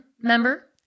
member